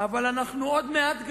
אבל עוד מעט,